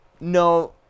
No